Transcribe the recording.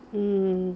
mm